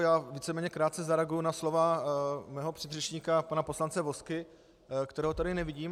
Já víceméně krátce zareaguji na slova svého předřečníka pana poslance Vozky kterého tady nevidím.